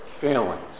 failings